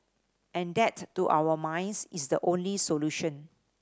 and that to our minds is the only solution